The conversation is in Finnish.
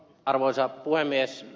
arvoisa puhemies